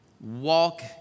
walk